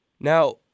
Now